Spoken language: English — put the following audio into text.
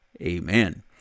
Amen